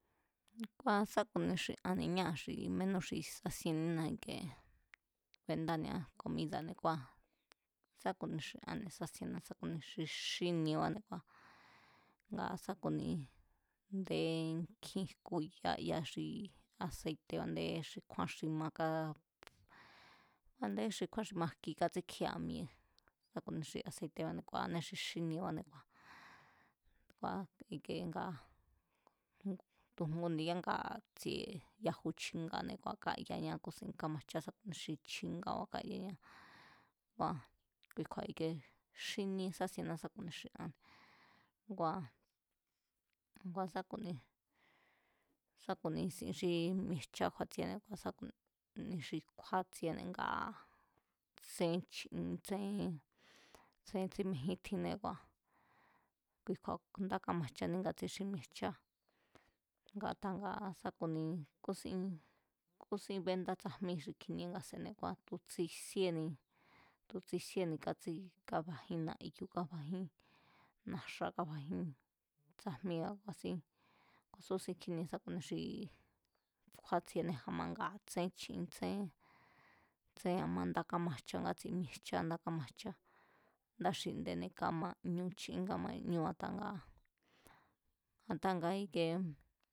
Ngua̱ sá ku̱ni xi anne̱ ñáa̱ xi mínú xi sasiennína i̱kie bandánia komida̱ne̱ kua̱ sá ku̱ni xi anne̱ sasienná sa ku̱ni xi xíníébane̱ kua̱, ngaa̱ sá ku̱ni a̱ndé nkjín jku̱ya ya xi aseite̱ba̱ a̱ndé xi kjúán xi ma káá, a̱nde xi kjúán xi ma jki kátsíkjía̱ mi̱e̱ sa ku̱ ni xi aseite̱ba̱ne̱ ku̱anée̱ xi xíniebáne̱ kua̱, i̱ke nga tu̱ jngu ndi̱ya ngá tsi̱e̱ yaju chi̱nga̱ne̱ kua̱ káyañá kúsín kámajchá sa ku̱ni xi chi̱nga̱ba̱ káyañá kámajchá kua̱ kui kju̱a̱ i̱kie xínie sásienna sá ku̱ni xi anne̱, ngua̱, ngua sá ku̱ni sá ku-ni sin xí mi̱e̱jchá kjúátsiené, sa ku̱ni xi kjúátsiené ngaa̱ tsén chin tsén tsémejín tjinnée̱ kua̱ kikju̱a̱ ndá kamajchaní ngatsi xi mi̱e̱jchá nga̱ta nga sá ku̱ni kúsín, kúsín benda tsajmí xi kjinie nga se̱ne̱, tu̱ tsisíéni tu̱ tsisíéni ngatsi, káfajín na̱yu̱ káfajín, na̱xa̱ káfajín tsajmía̱ ku̱a̱sín, ku̱a̱súsin kjínie sá ku̱ni xi kjúátsiene a̱ma nga a̱ tsén chin tsén, tsen a̱ma ndá kámajcha ngátsi mi̱e̱jchá ndá kámajchá, ndáa̱ xinde̱ne̱ káma ñu chín káma ñú a̱ta ngaa̱, a̱ndaa̱ nga ikie